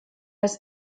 ist